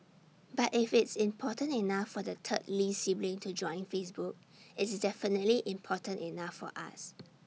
but if it's important enough for the third lee sibling to join Facebook it's definitely important enough for us